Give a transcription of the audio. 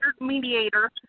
mediator